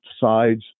sides